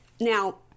now